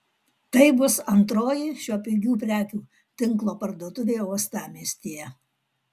tai bus antroji šio pigių prekių tinklo parduotuvė uostamiestyje